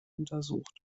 untersucht